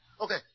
Okay